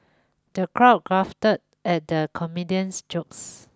the crowd guffawed at the comedian's jokes